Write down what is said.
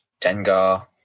Dengar